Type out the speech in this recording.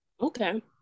Okay